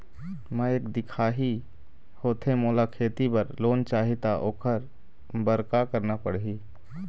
मैं एक दिखाही होथे मोला खेती बर लोन चाही त ओकर बर का का करना पड़ही?